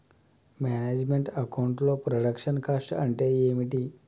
Manage meant account లో production cost అంటే ఏమిటి?